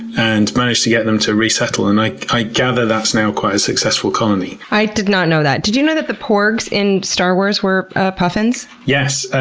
and managed to get them to resettle. and i i gather that's now quite a successful colony. i did not know that. did you know that the porgs in star wars were puffins? yes.